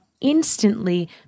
instantly